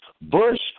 Bush